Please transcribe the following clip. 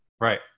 Right